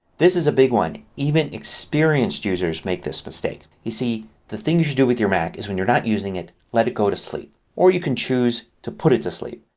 this is a big one. even experienced users make this mistake. you see the things you do with your mac is when you're not using it let it go to sleep. or you can choose to put it to sleep.